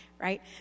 right